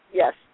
yes